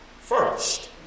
first